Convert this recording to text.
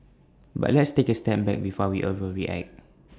but let's take A step back before we overreact